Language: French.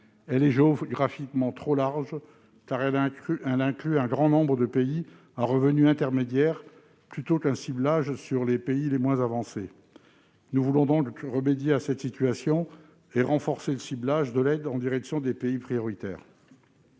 est géographiquement trop large, car il inclut un grand nombre de pays à revenus intermédiaires au lieu de cibler les pays les moins avancés. Nous voulons donc remédier à cette situation et renforcer le ciblage de l'aide en direction des pays prioritaires.